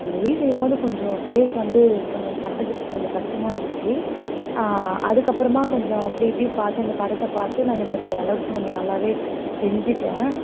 அந்த எலி செய்யும்போது கொஞ்சம் ஃபேஸ் வந்து கொஞ்சம் பண்ணுறதுக்கு கொஞ்சம் கஷ்டமாக இருந்துச்சு அதுக்கப்புறமா கொஞ்சம் அப்படி இப்படி பார்த்து அந்த படத்தை பார்த்து நான் கொஞ்சம் ஓரளவுக்கு வந்து நல்லாவே செஞ்சிட்டேன்